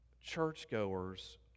churchgoers